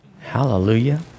Hallelujah